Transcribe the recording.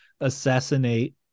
assassinate